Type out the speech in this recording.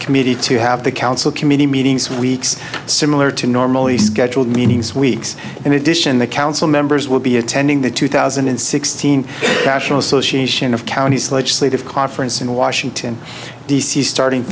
committee to have the council committee meetings weeks similar to normally scheduled meetings weeks and edition the council members will be attending the two thousand and sixteen national association of counties legislative conference in washington d c starting